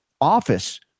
office